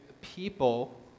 people